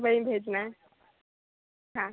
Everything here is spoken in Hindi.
वहीं भेजना है हाँ